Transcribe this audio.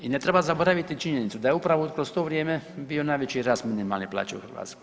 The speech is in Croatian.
I ne treba zaboraviti činjenicu da je upravo kroz to vrijeme bio najveći rast minimalne plaće u Hrvatskoj.